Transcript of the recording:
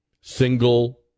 single